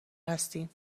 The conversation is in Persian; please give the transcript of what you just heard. هستیم